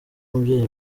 umubyeyi